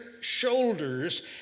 shoulders